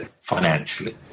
financially